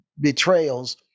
betrayals